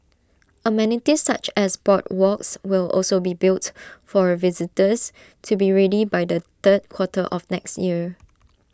amenities such as boardwalks will also be built for A visitors to be ready by the third quarter of next year